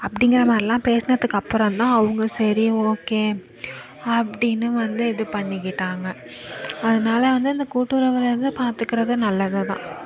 அப்படிங்கற மாதிரிலாம் பேசினத்துக்கு அப்புறம் தான் அவங்க சரி ஓகே அப்படின்னு வந்து இது பண்ணிக்கிட்டாங்க அதனால வந்து அந்த கூட்டுறவில் இருந்து பார்த்துக்கறது நல்லது தான்